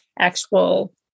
actual